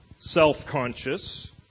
self-conscious